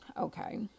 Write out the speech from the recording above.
Okay